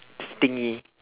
stingy